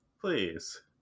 Please